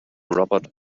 robert